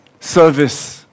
service